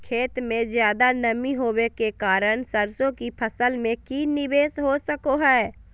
खेत में ज्यादा नमी होबे के कारण सरसों की फसल में की निवेस हो सको हय?